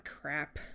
crap